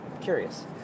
curious